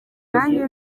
nanjye